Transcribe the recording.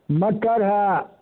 मटर है